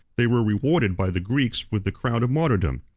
they were rewarded by the greeks with the crown of martyrdom.